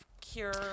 cure